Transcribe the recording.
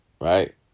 right